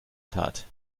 tat